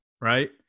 right